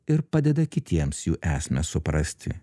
ir padeda kitiems jų esmę suprasti